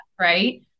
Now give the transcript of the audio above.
Right